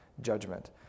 judgment